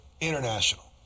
international